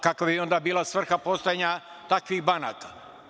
Kakva bi onda bila svrha postojanja takvih banaka?